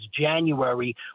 January